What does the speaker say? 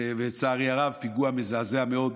לצערי הרב, פיגוע מזעזע מאוד.